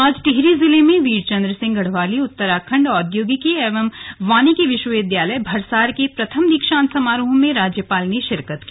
आज टिहरी जिले में वीर चंद्र सिंह गढ़वाली उत्तराखंड औद्यानिकी एवं वानिकी विश्वविद्यालय भरसार के प्रथम दीक्षांत समारोह में राज्यपाल ने शिरकत की